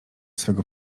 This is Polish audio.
swego